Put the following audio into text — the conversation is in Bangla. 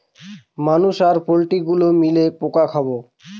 মানুষ আর পোল্ট্রি গুলো মিলে পোকা খাবো